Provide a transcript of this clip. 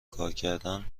کارکردن